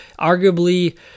Arguably